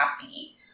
happy